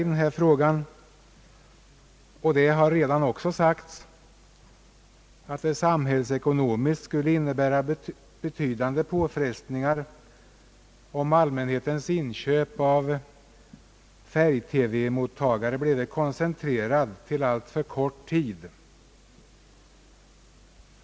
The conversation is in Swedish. Det har redan sagts att det samhällsekonomiskt skulle innebära betydande påfrestningar om allmänhetens inköp av färg-TV-mottagare blir koncentrerad till alltför kort tid.